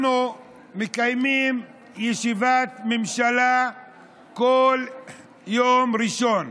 אנחנו מקיימים ישיבת ממשלה כל יום ראשון,